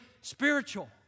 spiritual